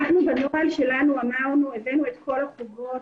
אנחנו בנוהל שלנו הבאנו את כל החובות.